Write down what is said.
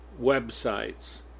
websites